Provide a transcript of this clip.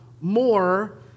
more